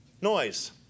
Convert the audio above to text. Noise